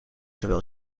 zowel